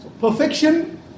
perfection